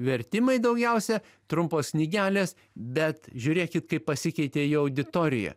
vertimai daugiausia trumpos knygelės bet žiūrėkit kaip pasikeitė jo auditorija